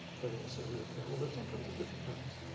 they also re-appear although sometimes in different patterns.